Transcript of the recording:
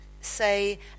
say